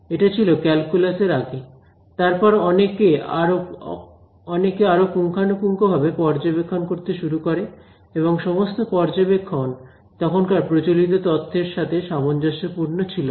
এটা ছিল ক্যালকুলাসের আগে তারপরে অনেকে আরো পুঙ্খানুপুঙ্খ ভাবে পর্যবেক্ষণ করতে শুরু করে এবং সমস্ত পর্যবেক্ষণ তখনকার প্রচলিত তত্ত্বের সাথে সামঞ্জস্যপূর্ণ ছিলনা